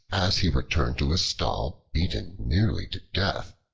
as he returned to his stall beaten nearly to death,